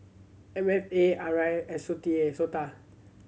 M F A R I and SOTA